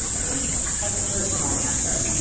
ah personal a personal answer.